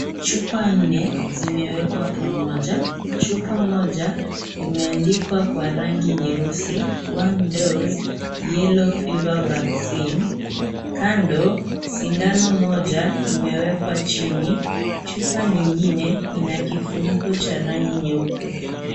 Chupa nne, zimewekwa pamoja, chupa moja, imeandikwa kwa rangi nyeusi, (cs) one dose, yellow fever vaccine (cs), kando, sindano moja, imewekwa chini, chupa nyingine, ina kifuniko cha rangi nyeupe.